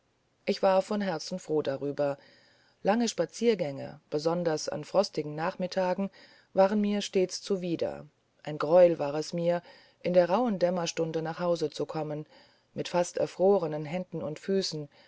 ich war von herzen froh darüber lange spaziergänge besonders an frostigen nachmittagen waren mir stets zuwider ein greuel war es mir in der rauhen dämmerstunde nach hause zu kommen mit fast erfrorenen händen und füßen